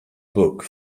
book